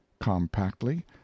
compactly